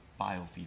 biofeedback